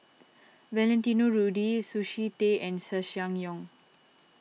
Valentino Rudy Sushi Tei and Ssangyong